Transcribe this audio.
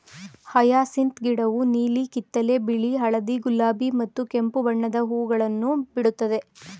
hyacinth ಗಿಡವು ನೀಲಿ, ಕಿತ್ತಳೆ, ಬಿಳಿ, ಹಳದಿ, ಗುಲಾಬಿ ಮತ್ತು ಕೆಂಪು ಬಣ್ಣದ ಹೂಗಳನ್ನು ಬಿಡುತ್ತದೆ